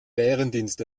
bärendienst